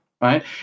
right